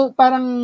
parang